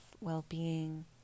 well-being